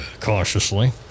Cautiously